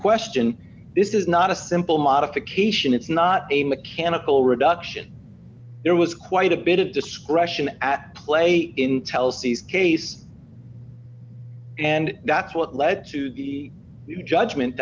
question this is not a simple modification it's not a mechanical reduction there was quite a bit of discretion at play in tel c's case and that's what led to the judgement